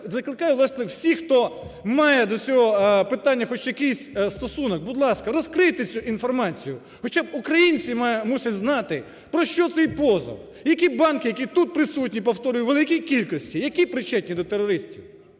власне, всіх, хто має до цього питання хоч якийсь стосунок, будь ласка, розкрийте цю інформацію. Хоча б українці мусять знати, про що цей позов, які банки, які тут присутні, повторюю, у великій кількості, які причетні до терористів.